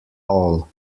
all